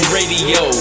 Radio